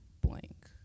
blank